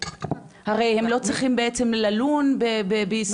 הרי הם לא צריכים בעצם ללון בישראל,